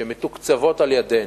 שמתוקצבות על-ידינו.